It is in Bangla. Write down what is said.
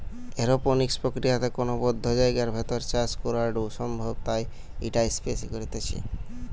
এরওপনিক্স প্রক্রিয়াতে কোনো বদ্ধ জায়গার ভেতর চাষ করাঢু সম্ভব তাই ইটা স্পেস এ করতিছে